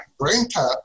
BrainTap